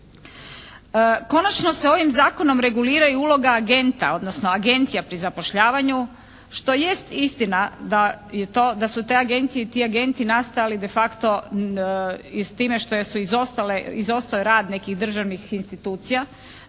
Konačno se ovim Zakonom regulira i uloga agenta, odnosno agencija pri zapošljavanju što jest istina da je to, da su te agencije i ti agenti nastali de facto i s time što su izostale, izostao je rad nekih državnih institucija.